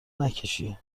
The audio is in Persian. نکشی